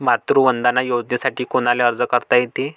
मातृवंदना योजनेसाठी कोनाले अर्ज करता येते?